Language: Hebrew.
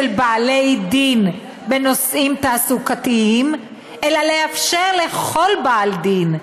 בעלי דין בנושאים תעסוקתיים אלא לאפשר לכל בעל דין,